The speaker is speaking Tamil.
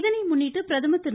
இதை முன்னிட்டு பிரதமர் திரு